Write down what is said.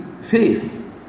faith